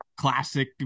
classic